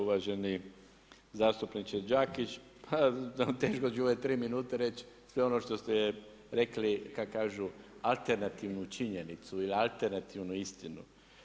Uvaženi zastupniče Đakić, pa teško ću u ove 3 minute reći sve ono što ste rekli kako kažu alternativnu činjenicu ili alternativnu istinu.